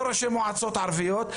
לא ראשי מועצות ערביות.